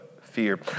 fear